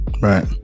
right